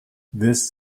this